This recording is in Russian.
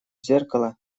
зеркало